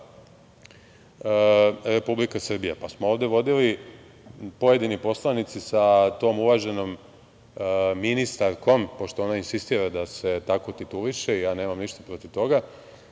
Republika Srbija, pa smo ovde vodili pojedini poslanici sa tom uvaženom ministarkom, pošto ona insistira da se tako tituliše i ja nemam ništa protiv toga,